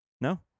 No